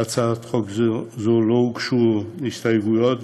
להצעת חוק זו לא הוגשו הסתייגויות,